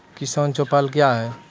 किसान चौपाल क्या हैं?